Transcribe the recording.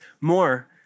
more